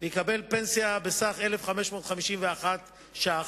ויקבל פנסיה בסך 1,551 ש"ח,